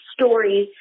stories